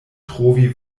trovi